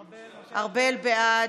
ארבל, בעד,